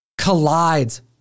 collides